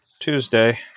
Tuesday